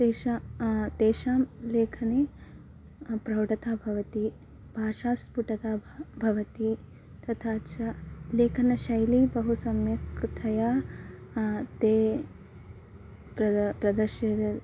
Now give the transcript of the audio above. तेषां तेषां लेखने प्रौढता भवति भाषास्फुटता भ भवति तथा च लेखनशैली बहु सम्यक्तया ते प्रद प्रदर्शरिर्